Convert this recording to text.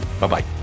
Bye-bye